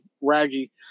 Raggy